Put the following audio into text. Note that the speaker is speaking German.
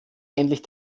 endlich